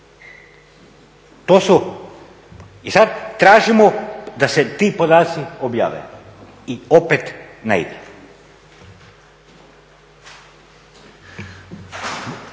To su i sad tražimo da se ti podaci objave i opet ne ide.